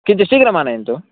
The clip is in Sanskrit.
किञ्चित् शीघ्रम् आनयन्तु